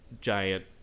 giant